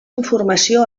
informació